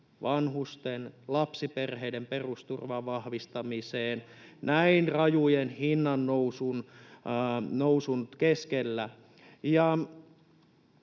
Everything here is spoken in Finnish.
vanhusten kuin lapsiperheiden perusturvan vahvistamiseen näin rajun hintojen nousun keskellä,